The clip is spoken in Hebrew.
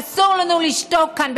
אסור לנו לשתוק כאן,